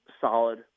solid